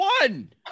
one